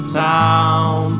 town